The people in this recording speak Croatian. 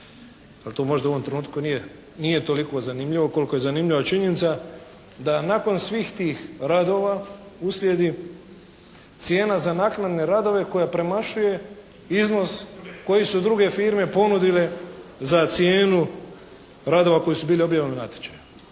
ali to možda u ovom trenutku nije toliko zanimljivo koliko je zanimljiva činjenica da nakon svih tih radova uslijedi cijena za naknadne radove koje premašuje iznos koji su druge firme ponudile za cijenu radova koje su bile objavljene na natječaju.